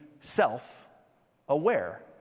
self-aware